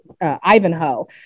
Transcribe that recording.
Ivanhoe